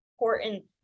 important